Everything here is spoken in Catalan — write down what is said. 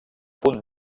punt